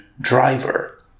driver